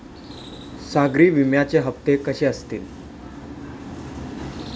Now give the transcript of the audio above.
सागरी विम्याचे हप्ते कसे असतील?